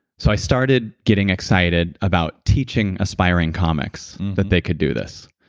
so i started getting excited about teaching aspiring comics that they could do this.